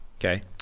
Okay